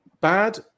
bad